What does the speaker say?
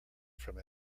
from